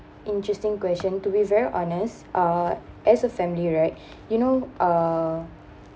interesting question to be very honest uh as a family right you know uh